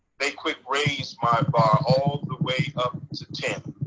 they could raise my bar all the way up to ten.